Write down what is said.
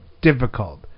difficult